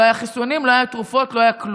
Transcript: לא היו חיסונים, לא היו תרופות, לא היה כלום.